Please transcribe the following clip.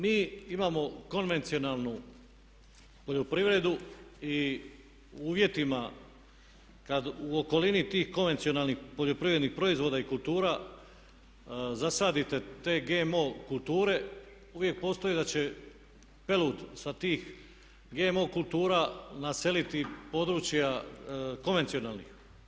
Mi imamo konvencionalnu poljoprivredu i u uvjetima kad u okolini tih konvencionalnih poljoprivrednih proizvoda i kultura zasadite te GMO kulture uvijek postoji da će pelud sa tih GMO kultura naseliti područja konvencionalnih.